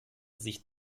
sich